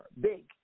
Big